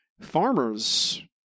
farmers